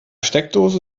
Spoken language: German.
steckdose